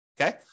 Okay